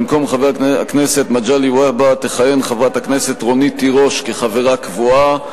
במקום חבר הכנסת מגלי והבה תכהן חברת הכנסת רונית תירוש כחברה קבועה,